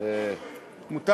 רק